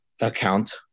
account